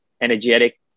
energetic